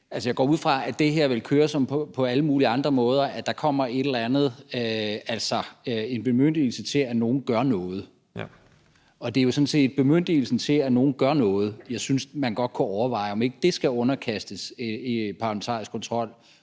jeg går ud fra, at det her vil køre som på alle mulige andre områder, nemlig at der bliver givet en bemyndigelse til, at nogen gør noget, og det er sådan set bemyndigelsen til, at nogen gør noget, jeg synes man godt kunne overveje om ikke skulle underkastes parlamentarisk kontrol,